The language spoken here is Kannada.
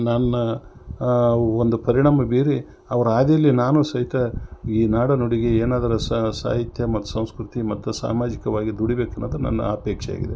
ನನ್ನ ಒಂದು ಪರಿಣಾಮ ಬೀರಿ ಅವರ ಹಾದಿಲಿ ನಾನು ಸಹಿತ ಈ ನಾಡ ನುಡಿಗೆ ಏನಾದರು ಸಾಹಿತ್ಯ ಮತ್ತು ಸಂಸ್ಕೃತಿ ಮತ್ತು ಸಾಮಾಜಿಕವಾಗಿ ದುಡಿಬೇಕೆನ್ನೋದು ನನ್ನ ಅಪೇಕ್ಷೆ ಆಗಿದೆ